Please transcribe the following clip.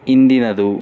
ಹಿಂದಿನದು